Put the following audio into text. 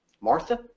Martha